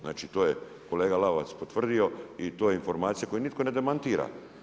Znači to je kolega Lalovac potvrdio i to je informacija koju nitko ne demantira.